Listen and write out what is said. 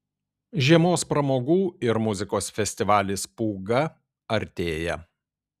žiemos pramogų ir muzikos festivalis pūga artėja